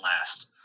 last